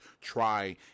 try